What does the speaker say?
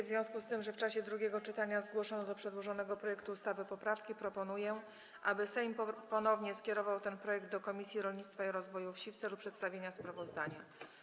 W związku z tym, że w czasie drugiego czytania zgłoszono do przedłożonego projektu ustawy poprawki, proponuję, aby Sejm ponownie skierował ten projekt do Komisji Rolnictwa i Rozwoju Wsi w celu przedstawienia sprawozdania.